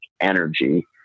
energy